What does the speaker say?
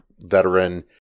veteran